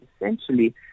essentially